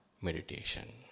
meditation